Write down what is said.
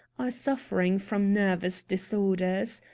are suffering from nervous disorders.